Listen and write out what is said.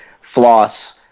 floss